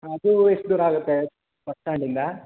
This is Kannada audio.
ಅದು ಎಷ್ಟು ದೂರ ಆಗುತ್ತೆ ಬಸ್ ಸ್ಟ್ಯಾಂಡಿಂದ